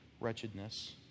wretchedness